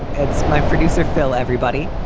and it's my producer, phil, everybody.